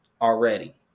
already